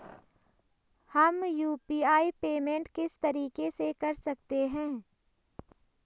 हम UPI payment किस तरीके से कर सकते हैं?